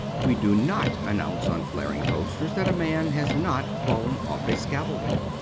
we do not announce on flaring posters that a man has not fallen off a scaffolding.